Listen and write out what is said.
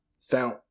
found